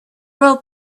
will